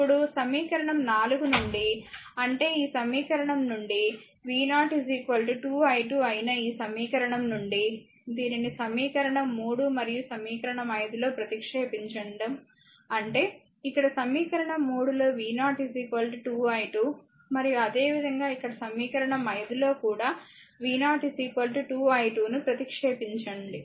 ఇప్పుడు సమీకరణం 4 నుండి అంటే ఈ సమీకరణం నుండి v0 2 i2 అయిన ఈ సమీకరణం నుండి దీనిని సమీకరణం 3 మరియు సమీకరణం 5 లో ప్రతిక్షేపించండి అంటే ఇక్కడ సమీకరణం 3 లో v0 2 i2 మరియు అదేవిధంగా ఇక్కడ సమీకరణం 5 లో కూడా v0 2 i2 ను ప్రతిక్షేపించండి